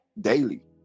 daily